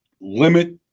limit